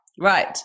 Right